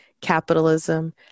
capitalism